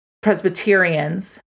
Presbyterians